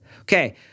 Okay